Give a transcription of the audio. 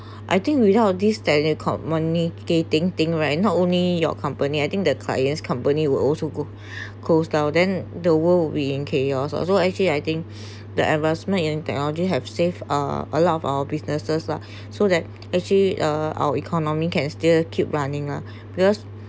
I think without these telecommunicating thing right not only your company I think the clients company will also go close down then the world will be in chaos also actually I think the advancement in technology have save uh a lot of our businesses lah so that actually uh our economy can still keep running lah because